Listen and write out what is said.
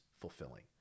fulfilling